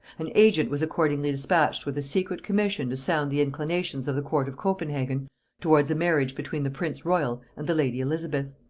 an agent was accordingly dispatched with a secret commission to sound the inclinations of the court of copenhagen towards a marriage between the prince-royal and the lady elizabeth.